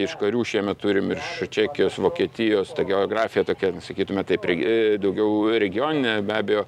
iš karių šiemet turim ir čekijos vokietijos geografija tokia sakytume taip irgi daugiau regioninė be abejo